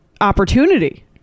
opportunity